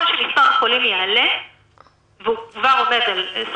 כאלה ואחרות של תנועה והדבר משליך על היום-יום שלנו.